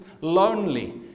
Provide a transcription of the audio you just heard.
lonely